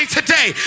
today